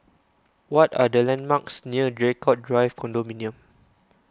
what are the landmarks near Draycott Drive Condominium